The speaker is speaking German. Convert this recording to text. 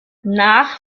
nach